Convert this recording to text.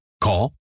Call